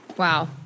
Wow